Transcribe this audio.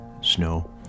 snow